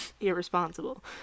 irresponsible